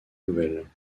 nouvelles